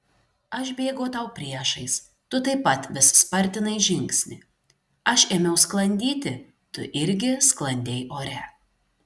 aš bėgau tau priešais tu taip pat vis spartinai žingsnį aš ėmiau sklandyti tu irgi sklandei ore